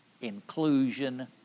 inclusion